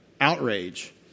outrage